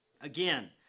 Again